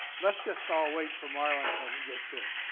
let's just all wait for marlin, until he gets here.